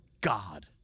God